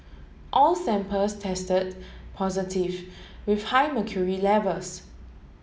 all samples tested positive with high mercury levels